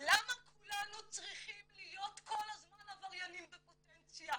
למה כולנו צריכים להיות כל הזמן עבריינים בפוטנציה.